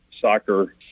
soccer